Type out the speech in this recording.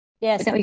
Yes